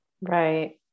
Right